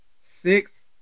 Six